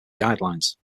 guidelines